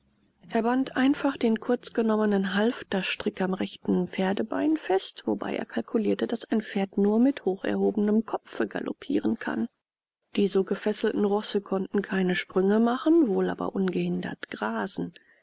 er band einfach den kurz genommenen halfterstrick am rechten pferdebein fest wobei er kalkulierte daß ein pferd nur mit hocherhobenem kopfe galoppieren kann die so gefesselten rosse konnte keinen sprünge machen wohl aber ungehindert grasen